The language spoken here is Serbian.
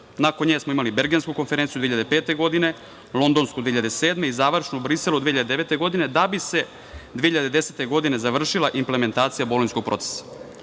Nakon nje smo imali Bergensku konferenciju 2005. godine, londonsku 2007. godine i završnu u Briselu 2009. godine, da bi se 2010. godine završila implementacija Bolonjskog procesa. Ono